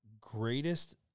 greatest